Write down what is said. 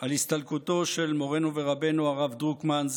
על הסתלקותו של מורנו ורבנו הרב דרוקמן,